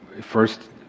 first